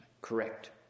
Correct